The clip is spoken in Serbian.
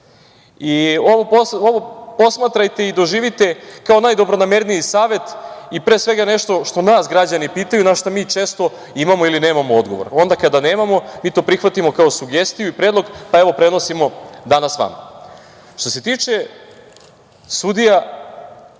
posmatrajte i doživite kao najdobronamerniji savet i pre svega nešto što nas građani pitaju, na šta mi često imamo ili nemamo odgovor. Onda kada nemamo, mi to prihvatimo kao sugestiju i predlog, pa evo prenosimo danas vama. Što se tiče sudija